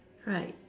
right